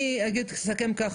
אני אסכם ככה,